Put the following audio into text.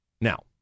Now